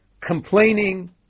complaining